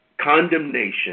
condemnation